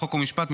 חוק ומשפט,